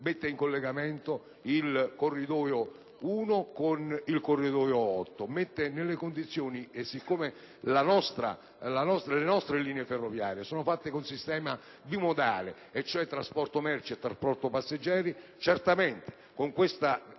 mette in collegamento il Corridoio 1 con il Corridoio 8 e, siccome le nostre linee ferroviarie sono fatte con il sistema bimodale, cioè trasporto merci e trasporto passeggeri, certamente con questa